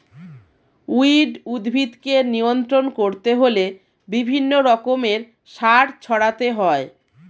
weed উদ্ভিদকে নিয়ন্ত্রণ করতে হলে বিভিন্ন রকমের সার ছড়াতে হয়